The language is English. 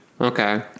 Okay